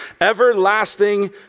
Everlasting